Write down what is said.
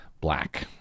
black